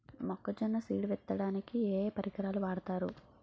మొక్కజొన్న సీడ్ విత్తడానికి ఏ ఏ పరికరాలు వాడతారు?